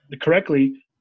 correctly